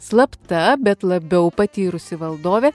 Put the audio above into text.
slapta bet labiau patyrusi valdovė